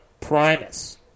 Primus